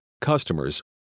Customers